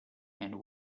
and